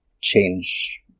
change